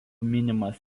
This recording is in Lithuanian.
minimas